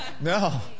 No